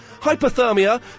hypothermia